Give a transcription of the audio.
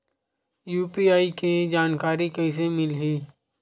UPI के जानकारी कइसे मिलही?